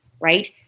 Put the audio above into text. right